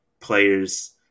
players